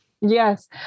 yes